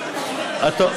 את.